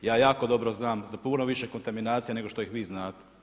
Ja jako dobro znam, sa puno više kontaminacija, nego što ih vi znate.